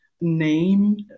name